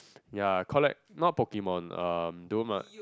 ya collect not Pokemon um dual ma~